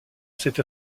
cette